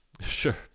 Sure